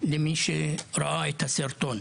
למי שראה את הסרטון.